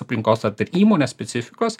aplinkos ar dėl įmonės specifikos